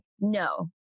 no